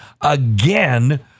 again